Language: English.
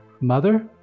Mother